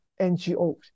NGOs